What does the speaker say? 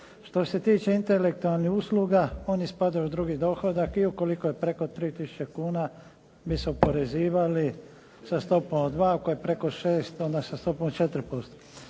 Što se tiče intelektualnih usluga, one spadaju u drugi dohodak i ukoliko je preko 3000 kuna bi se oporezivali sa stopom od 2, ako je preko 6 onda sa stopom od